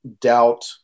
doubt